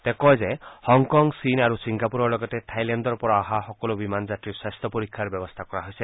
তেওঁ কয় যে হংকং চীন আৰু ছিংগাপুৰৰ লগতে থাইলেণ্ডৰ পৰা অহা সকলো বিমান যাত্ৰীৰ স্বাস্থ্য পৰীক্ষাৰ ব্যৱস্থা কৰা হৈছে